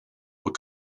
were